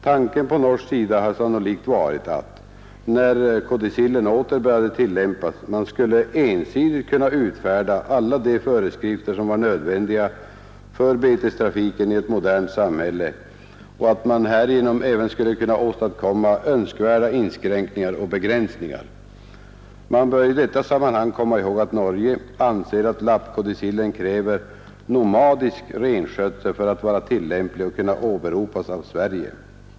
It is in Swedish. Tanken på norsk sida har sannolikt varit att, när kodicillen åter började tillämpas, man skulle ensidigt kunna utfärda alla de föreskrifter som var nödvändiga för betestrafiken i ett modernt samhälle och att man härigenom även skulle kunna åstadkomma önskvärda inskränkningar och begränsningar. Man bör i detta sammanhang komma ihåg att Norge anser att lappkodicillen kräver nomadisk renskötsel för att vara tillämplig och kunna åberopas av Sverige.